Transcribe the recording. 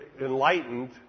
enlightened